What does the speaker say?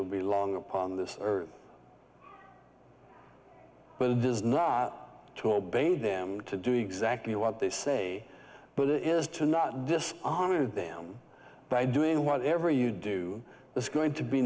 will be long on this earth but it does not to obey them to do exactly what they say but it is to not discard them by doing whatever you do it's going to be